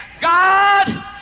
God